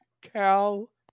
Cal